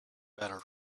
better